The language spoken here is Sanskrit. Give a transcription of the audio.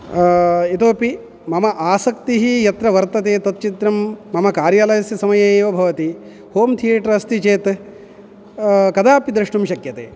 इतोपि मम आसक्तिः यत्र वर्तते तत् चित्रं मम कार्यालयस्य समये एव भवति होम् थियेटर् अस्ति चेत् कदापि द्रष्टुं शक्यते